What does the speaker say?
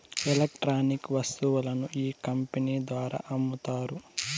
electronic వస్తువులను ఈ company ద్వారా అమ్ముతారు